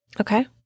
Okay